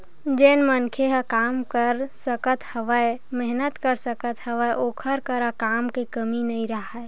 जेन मनखे ह काम कर सकत हवय, मेहनत कर सकत हवय ओखर करा काम के कमी नइ राहय